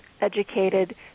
educated